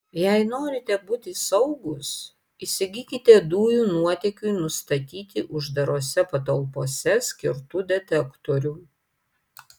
jei norite būti saugūs įsigykite dujų nuotėkiui nustatyti uždarose patalpose skirtų detektorių